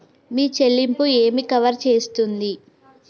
మీ చెల్లింపు ఏమి కవర్ చేస్తుంది?